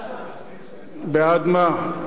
בעד מה?